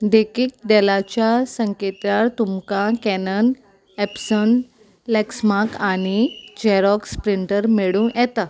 देखीक डॅलाच्या संकेतथळार तुमकां कॅनन एप्सन लेक्समार्क आनी जेरोक्स प्रिंटर मेळूं येता